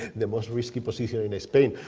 the most risky position in spain.